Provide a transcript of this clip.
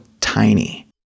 tiny